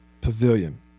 Pavilion